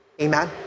Amen